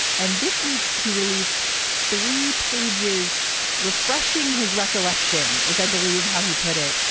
and this week he released three pages refreshing his recollection is i believe how he put it.